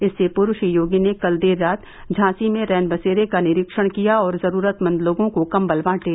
इससे पूर्व श्री योगी ने कल देर रात झांसी में रैन बसेरे का निरीक्षण किया और जरूरतमंद लोगों को कंबल बांटे